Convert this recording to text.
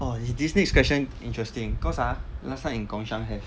orh is this next question interesting cause ah last time in gongshan have